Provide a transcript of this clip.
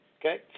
Okay